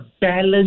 balance